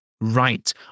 right